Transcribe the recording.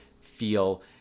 feel